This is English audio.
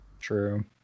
true